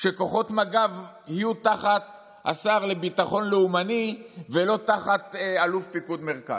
שכוחות מג"ב יהיו תחת השר לביטחון לאומני ולא תחת אלוף פיקוד מרכז.